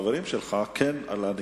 ברק ואחרים,